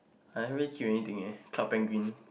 I never kill anything eh Club-Penguin